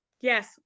Yes